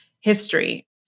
history